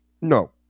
No